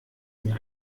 mir